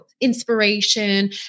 inspiration